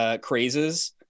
crazes